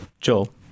Joel